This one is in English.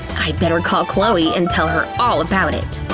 i'd better call chloe and tell her all about it.